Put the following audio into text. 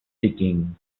digging